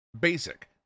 basic